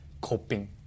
coping